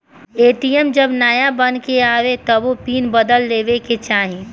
ATM जब नाया बन के आवे तबो पिन बदल लेवे के चाही